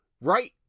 Right